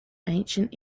ancient